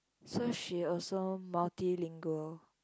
so she also multilingual